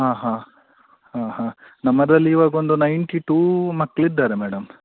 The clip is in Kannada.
ಹಾಂ ಹಾಂ ಹಾಂ ಹಾಂ ನಮ್ಮದಲ್ಲಿ ಇವಾಗೊಂದು ನೈಂಟಿ ಟೂ ಮಕ್ಳು ಇದ್ದಾರೆ ಮೇಡಮ್